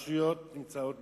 הרשויות נמצאות בקריסה,